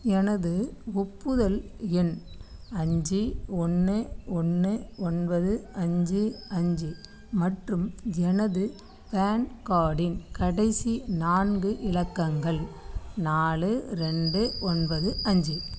எனது ஒப்புதல் எண் அஞ்சு ஒன்று ஒன்று ஒன்பது அஞ்சு அஞ்சு மற்றும் எனது பேன் கார்டின் கடைசி நான்கு இலக்கங்கள் நாலு ரெண்டு ஒன்பது அஞ்சு